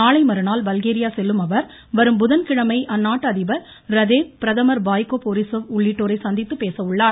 நாளைமறுநாள் பல்கேரியா செல்லும் அவர் வரும் புதன்கிழமை அந்நாட்டு அதிபர் ரதேவ் பிரதமர் பாய்கோ போரிசவ் உள்ளிட்டோரை சந்தித்துப் பேசவுள்ளார்